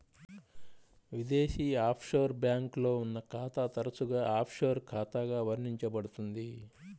విదేశీ ఆఫ్షోర్ బ్యాంక్లో ఉన్న ఖాతా తరచుగా ఆఫ్షోర్ ఖాతాగా వర్ణించబడుతుంది